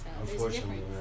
Unfortunately